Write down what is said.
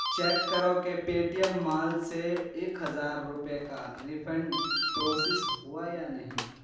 check کرو کہ Paytm mall سے ایک ہزار روپئے کا ریفنڈ پروسس ہوا یا نہیں